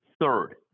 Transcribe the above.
Third